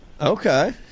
okay